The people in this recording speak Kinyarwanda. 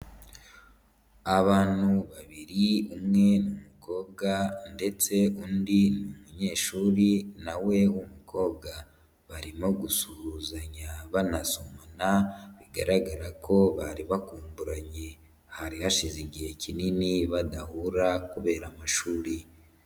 Abantu babiri umwe ni umukobwa ndetse undi ni umunyeshuri nawe w'umukobwa, barimo gusuhuzanya banasomana bigaragara ko bari bakumburanye. Hari hashize igihe kinini badahura kubera amashuri.